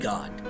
God